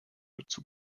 dazu